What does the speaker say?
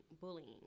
bullying